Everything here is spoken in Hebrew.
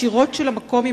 ישירות של המקום,